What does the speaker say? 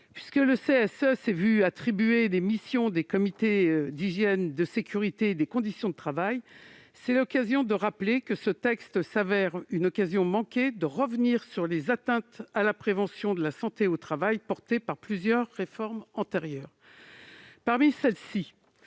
Puisque le CSE s'est vu attribuer des missions des comités d'hygiène de sécurité et des conditions de travail, c'est l'occasion de rappeler que ce texte s'avère une occasion manquée de revenir sur les atteintes à la prévention en santé au travail, portées par plusieurs réformes antérieures. Parmi celles-ci,